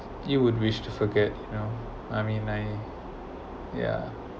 you would wish to forget you know I mean I yeah